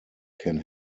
can